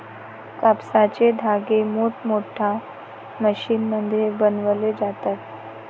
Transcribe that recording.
कापसाचे धागे मोठमोठ्या मशीनमध्ये बनवले जातात